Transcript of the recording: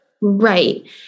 Right